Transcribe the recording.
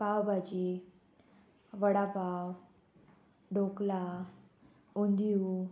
पाव भाजी वडा पाव ढोकलां ओंदीव